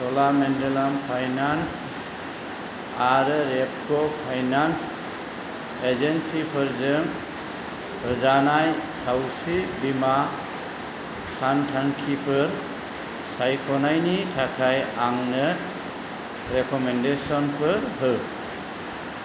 च'लामेन्डलाम finance आरो रेपक finance एजेन्सिफोरजों होजानाय सावस्रि बीमा सानथांखिफोर सायख'नायनि थाखाय आंनो रेकमेन्देसनफोर हो